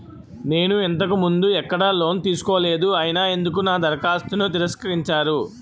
నేను ఇంతకు ముందు ఎక్కడ లోన్ తీసుకోలేదు అయినా ఎందుకు నా దరఖాస్తును తిరస్కరించారు?